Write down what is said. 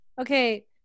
Okay